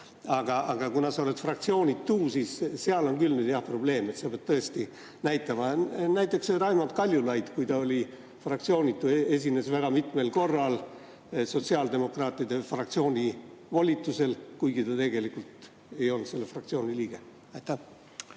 Aga kuna sa oled fraktsioonitu, siis seal on küll tõesti probleem. Sa pead volitust näitama. Näiteks Raimond Kaljulaid, kui ta oli fraktsioonitu, esines väga mitmel korral sotsiaaldemokraatide fraktsiooni volitusel, kuigi ta tegelikult ei olnud selle fraktsiooni liige. Ütlen